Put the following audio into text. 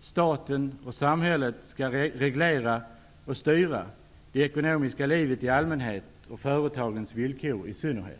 staten och samhället skall reglera och styra det ekonomiska livet i allmänhet och företagens villkor i synnerhet.